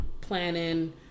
planning